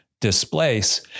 displace